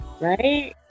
Right